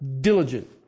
Diligent